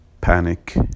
Panic